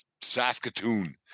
Saskatoon